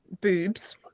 boobs